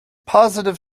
positive